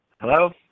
Hello